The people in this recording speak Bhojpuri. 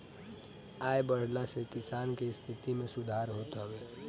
आय बढ़ला से किसान के स्थिति में सुधार होत हवे